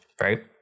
right